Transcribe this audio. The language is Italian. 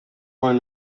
poi